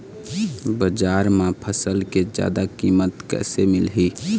बजार म फसल के जादा कीमत कैसे मिलही?